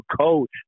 coach